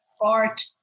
art